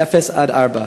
עד גיל ארבע.